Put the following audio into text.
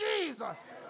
Jesus